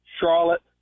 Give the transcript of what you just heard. Charlotte